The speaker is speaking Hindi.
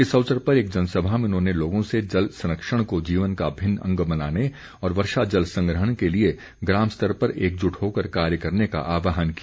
इस अवसर पर एक जनसभा में उन्होंने लोगों से जल संरक्षण को जीवन का अभिन्न अंग बनाने और वर्षा जल संग्रहण के लिए ग्राम स्तर पर एकजुट होकर कार्य करने का आह्वान किया